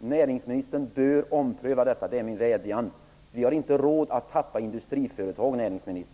Näringsministern bör ompröva detta. Det är min vädjan. Vi har inte råd att tappa industriföretag, näringsministern.